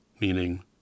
meaning